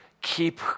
keep